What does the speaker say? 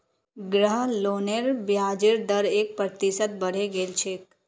गृह लोनेर ब्याजेर दर एक प्रतिशत बढ़े गेल छेक